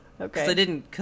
Okay